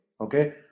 Okay